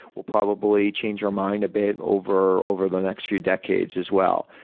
we'll probably change her mind a bit over over the next few decades as well.